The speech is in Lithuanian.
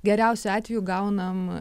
geriausiu atveju gaunam